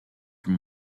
from